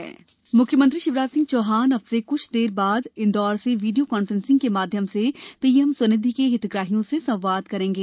म्ख्यमंत्री संवाद म्ख्यमंत्री शिवराज सिंह चौहान अब से क्छ देर बाद इंदौर से वीडियो कान्फ्रेंसिंग के माध्यम से पीएम स्वनिधि के हितग्राहियों से संवाद करेंगे